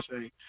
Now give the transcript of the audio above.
say